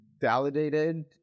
validated